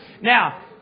now